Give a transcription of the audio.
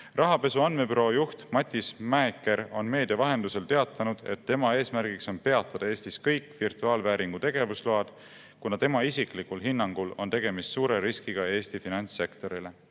Rahapesu Andmebüroo juht Matis Mäeker on meedia vahendusel teatanud, et tema eesmärgiks on peatada Eestis kõik virtuaalvääringu [teenuse pakkumise] tegevusload, kuna tema isiklikul hinnangul on tegemist suure riskiga Eesti finantssektorile.